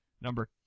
Number